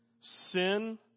Sin